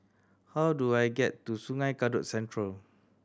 how do I get to Sungei Kadut Central